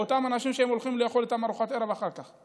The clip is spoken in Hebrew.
באותם אנשים שהם הולכים לאכול איתם ארוחת ערב אחר כך.